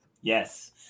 Yes